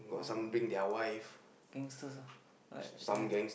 oh gangsters ah like that